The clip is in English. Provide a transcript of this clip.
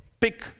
pick